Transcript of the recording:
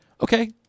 okay